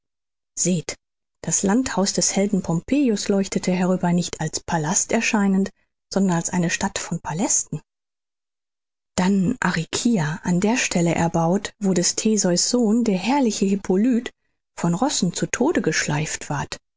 seht das landhaus des helden pompejus leuchtete herüber nicht als palast erscheinend sondern als eine stadt von palästen dann ariccia an der stelle erbaut wo des theseus sohn der herrliche hippolyt von rossen zu tode geschleift ward